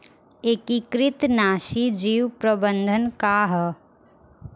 एकीकृत नाशी जीव प्रबंधन का ह?